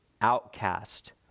outcast